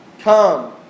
Come